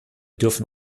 dürfen